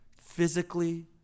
physically